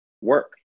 work